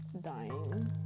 dying